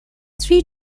three